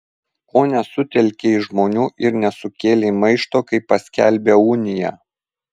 ko nesutelkei žmonių ir nesukėlei maišto kai paskelbė uniją